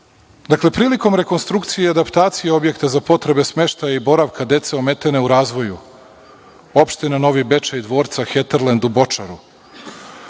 Dakle, prilikom rekonstrukcije i adaptacije objekta za potrebe smeštaja i boravka dece ometene u razvoju opština Novi Bečej i dvorca „Heterlend“ u Bočaru,